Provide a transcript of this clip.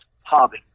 hobby